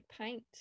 paint